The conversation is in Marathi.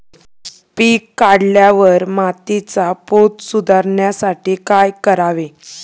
पीक काढल्यावर मातीचा पोत सुधारण्यासाठी काय करावे?